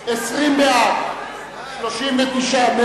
התשס"ט-2009,